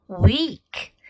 week